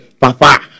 Papa